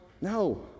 No